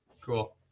Cool